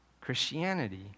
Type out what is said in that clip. Christianity